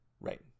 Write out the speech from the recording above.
Right